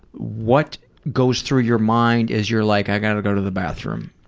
what goes through your mind as you're like, i kind of go to the bathroom.